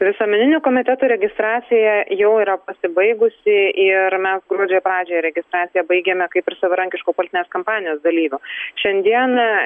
visuomeninių komitetų registracija jau yra pasibaigusi ir mes gruodžio pradžioje registraciją baigėme kaip ir savarankiškų politinės kampanijos dalyvių šiandieną